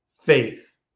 faith